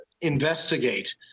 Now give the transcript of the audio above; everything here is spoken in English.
investigate